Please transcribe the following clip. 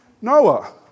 Noah